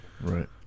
right